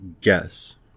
guess